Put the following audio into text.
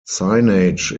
signage